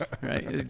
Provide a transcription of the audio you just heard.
right